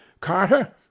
Carter